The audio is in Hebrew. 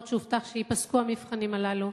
אף-על-פי שהובטח שייפסקו המבחנים הללו,